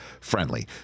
friendly